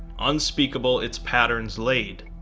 unspeakable its patterns laid.